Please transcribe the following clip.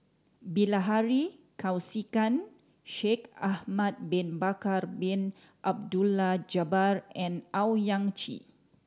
Bilahari Kausikan Shaikh Ahmad Bin Bakar Bin Abdullah Jabbar and Owyang Chi